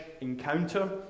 Encounter